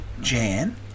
Jan